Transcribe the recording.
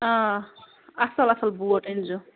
آ اَصٕل اَصٕل بوٹ أنۍ زیو